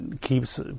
keeps